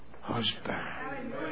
husband